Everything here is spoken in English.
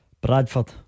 Bradford